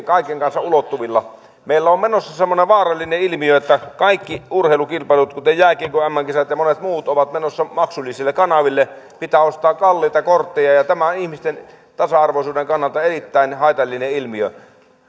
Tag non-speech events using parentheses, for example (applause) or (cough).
(unintelligible) kaiken kansan ulottuvilla meillä on menossa semmoinen vaarallinen ilmiö että kaikki urheilukilpailut kuten jääkiekon mm kisat ja monet muut ovat menossa maksullisille kanaville ja pitää ostaa kalliita kortteja ja ja tämä on ihmisten tasa arvoisuuden kannalta erittäin haitallinen ilmiö isojen